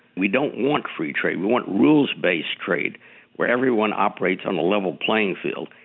we don't want free trade, we want rules-based trade where everyone operates on a level playing field.